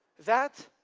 that,